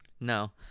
No